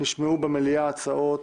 נשמעו במליאה הצעות